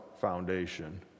foundation